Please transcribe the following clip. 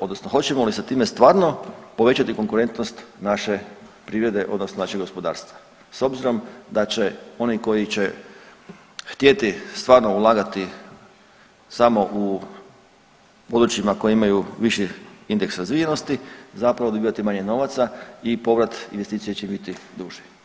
odnosno hoćemo li sa time stvarno povećati konkurentnost naše privrede odnosno našeg gospodarstva s obzirom da će oni koji će htjeti stvarno ulagati samo u područjima koji imaju viši indeks razvijenosti zapravo dobivati manje novaca i povrat investicija će biti duži.